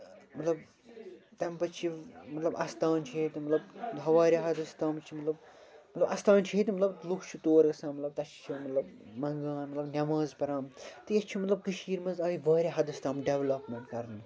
مطلب تَمہِ پَتہٕ چھِ مطلب اَستان چھِ ییٚتہِ مطلب واریاہ حدس تام چھِ مطلب مطلب اَستان چھِ ییٚتہِ مطلب لُکھ چھِ تور گژھان مطلب تَتہِ چھِ تِم مَنگان مطلب نٮ۪ماز پَران تہٕ ییٚتہِ چھِ مطلب کٔشیٖرِ منٛز آیہِ واریاہَس حَدس تام ڈٮ۪ولَپمٮ۪نٹ کرنہٕ